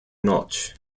notch